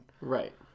Right